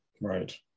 Right